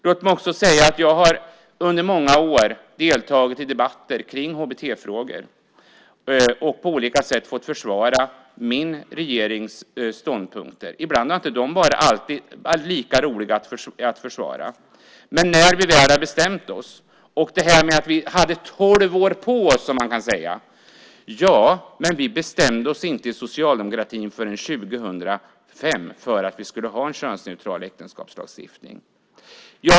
Låt mig också säga att jag under många år har deltagit i debatter om HBT-frågor och på olika sätt fått försvara min regerings ståndpunkter. De har inte alltid varit lika roliga att försvara. Det sägs att vi hade tolv år på oss, men vi bestämde oss inte inom socialdemokratin förrän 2005 för att vi skulle ha en könsneutral äktenskapslagstiftning.